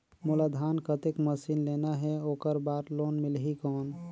मोला धान कतेक मशीन लेना हे ओकर बार लोन मिलही कौन?